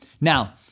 Now